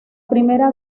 primera